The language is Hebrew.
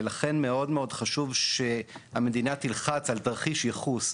ולכן מאוד מאוד חשוב שהמדינה תלחץ על תרחיש ייחוס,